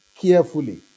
carefully